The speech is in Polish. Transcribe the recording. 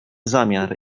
zamiar